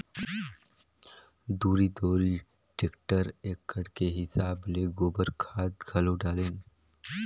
दूरी दूरी टेक्टर एकड़ के हिसाब ले गोबर खाद घलो डालेन